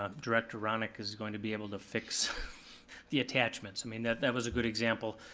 um director ronnick is gonna be able to fix the attachments, i mean that that was a good example.